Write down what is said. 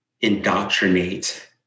indoctrinate